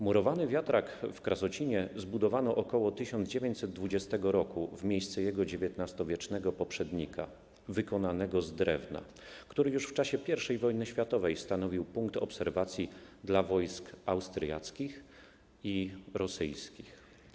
Murowany wiatrak w Krasocinie zbudowano około 1920 r. w miejsce jego XIX-wiecznego poprzednika wykonanego z drewna, który już w czasie I wojny światowej stanowił punkt obserwacji dla wojsk austriackich i rosyjskich.